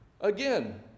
Again